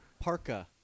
Parka